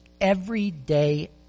everyday